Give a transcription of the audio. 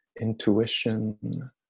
intuition